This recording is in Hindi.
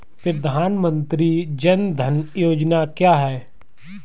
प्रधानमंत्री जन धन योजना क्या है?